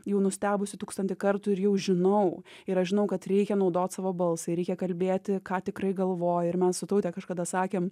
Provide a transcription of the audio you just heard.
jau nustebusi tūkstantį kartų ir jau žinau ir aš žinau kad reikia naudot savo balsą reikia kalbėti ką tikrai galvoji ir mes su taute kažkada sakėm